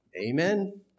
amen